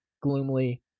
gloomily